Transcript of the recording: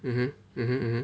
mmhmm mmhmm